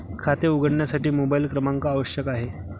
खाते उघडण्यासाठी मोबाइल क्रमांक आवश्यक आहे